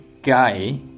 Guy